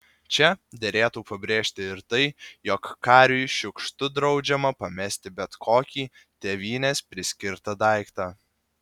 čia derėtų pabrėžti ir tai jog kariui šiukštu draudžiama pamesti bet kokį tėvynės priskirtą daiktą